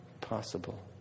possible